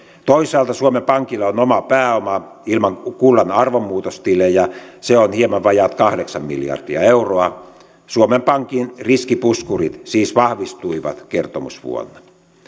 toisaalta suomen pankilla on omaa pääomaa ilman kullan arvomuutostilejä se on hieman vajaat kahdeksan miljardia euroa suomen pankin riskipuskurit siis vahvistuivat kertomusvuonna